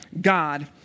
God